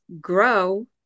grow